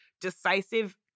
decisive